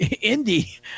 Indy